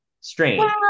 strange